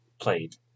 played